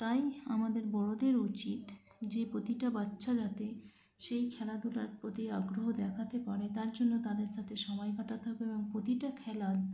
তাই আমাদের বড়দের উচিত যে প্রতিটা বাচ্চা যাতে সেই খেলাধূলার প্রতি আগ্রহ দেখাতে পারে তার জন্য তাদের সাথে সময় কাটাতে হবে এবং প্রতিটা খেলা